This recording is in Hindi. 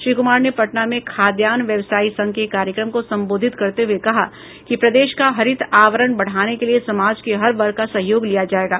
श्री कुमार ने पटना में खाद्यान्न व्यवसायी संघ के कार्यक्रम को संबोधित करते हुए कहा कि प्रदेश का हरित आवरण बढ़ाने के लिये समाज के हर वर्ग का सहयोग लिया जायेगा